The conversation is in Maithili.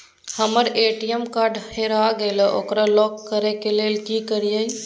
हमर ए.टी.एम कार्ड हेरा गेल ओकरा लॉक करै के लेल की करियै?